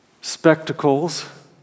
spectacles